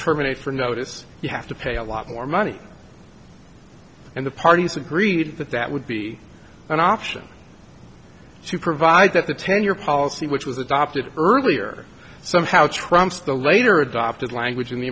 terminate for notice you have to pay a lot more money and the parties agreed that that would be an option to provide that the ten year policy which was adopted earlier somehow trumps the later adopted language in the